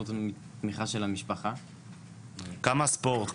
כמה הספורט,